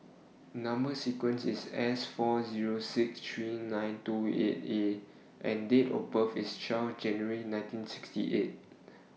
Number sequence IS S four Zero six three nine two eight A and Date of birth IS twelve January nineteen sixty eight